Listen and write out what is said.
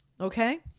Okay